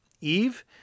Eve